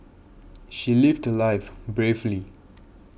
she lived her life bravely